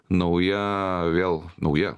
nauja vėl nauja